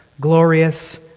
glorious